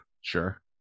sure